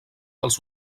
dels